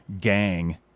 gang